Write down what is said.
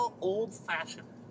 old-fashioned